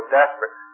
desperate